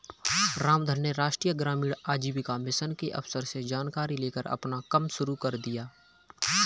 रामधन ने राष्ट्रीय ग्रामीण आजीविका मिशन के अफसर से जानकारी लेकर अपना कम शुरू कर दिया है